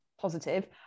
positive